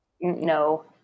No